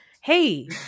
Hey